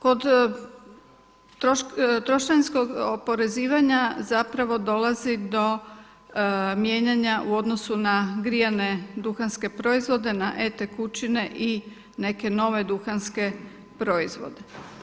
Kod trošarinskog oporezivanja zapravo dolazi do mijenjanja u odnosu na grijane duhanske proizvode, na e tekućine i neke ove duhanske proizvode.